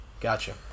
Gotcha